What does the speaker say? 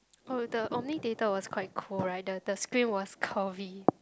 oh the Omni Theatre was quite cool right the the screen was curvy